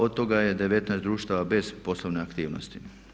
Od toga je 19 društava bez poslovne aktivnosti.